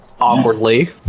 awkwardly